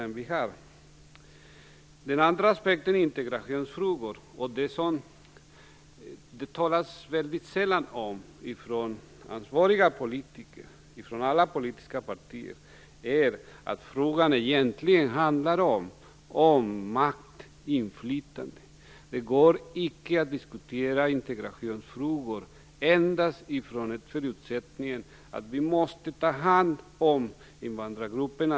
Det finns en annan aspekt när det gäller integrationsfrågor. Ansvariga politiker från alla politiska partier talar sällan om att det egentligen handlar om makt och inflytande. Det går inte att diskutera integrationsfrågor endast utifrån förutsättningen att vi måste ta hand om invandrargrupperna.